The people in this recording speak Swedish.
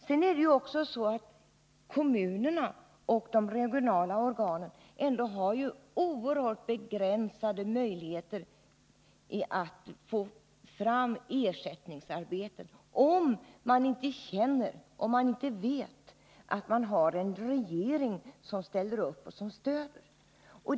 Sedan är det ju också så att kommunerna och de regionala organen har oerhört begränsade möjligheter när det gäller att få fram ersättningsarbeten, om de inte vet att de har en regering som ställer upp och stöder dem.